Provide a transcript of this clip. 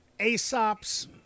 Aesop's